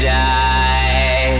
die